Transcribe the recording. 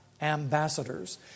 ambassadors